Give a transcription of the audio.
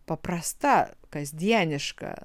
paprasta kasdieniška